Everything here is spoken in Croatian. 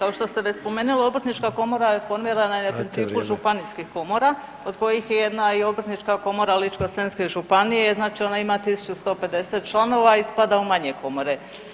Kao što ste već spomenuli, obrtnička komora je formirana i na principu županijskih komora od kojih je jedna i obrtnička komora Ličko-senjske županije, znači ona ima 1150 članova i spada u manje komore.